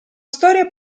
storia